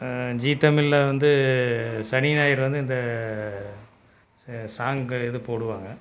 ஜீ தமிழில் வந்து சனி ஞாயிறு வந்து இந்த ச சாங்கு இது போடுவாங்க